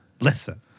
Listen